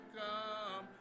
come